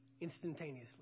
instantaneously